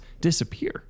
disappear